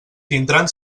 tindran